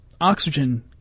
oxygen